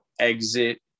exit